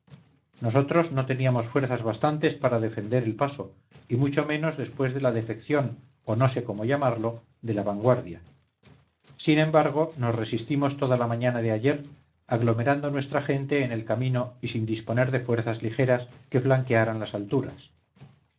nosotros no teníamos fuerzas bastantes para defender el paso y mucho menos después de la defección o no sé cómo llamarlo de la vanguardia sin embargo nos resistimos toda la mañana de ayer aglomerandonuestra gente en el camino y sin disponer de fuerzas ligeras que flanquearan las alturas